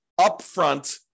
upfront